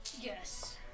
Yes